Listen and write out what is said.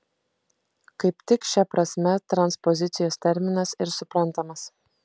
kaip tik šia prasme transpozicijos terminas ir suprantamas